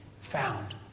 found